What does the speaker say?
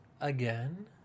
again